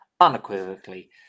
unequivocally